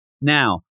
Now